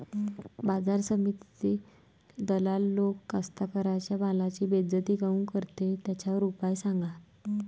बाजार समितीत दलाल लोक कास्ताकाराच्या मालाची बेइज्जती काऊन करते? त्याच्यावर उपाव सांगा